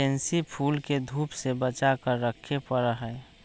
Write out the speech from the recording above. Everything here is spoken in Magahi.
पेनसी फूल के धूप से बचा कर रखे पड़ा हई